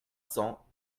cents